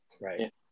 Right